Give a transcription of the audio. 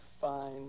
fine